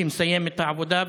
שמסיים את העבודה,